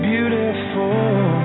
Beautiful